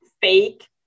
fake